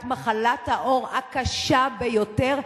את מחלת העור הקשה ביותר,